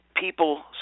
people